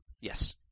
Yes